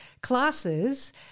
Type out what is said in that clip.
classes